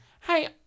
Hey